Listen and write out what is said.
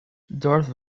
darth